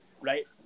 right